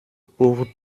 pauvre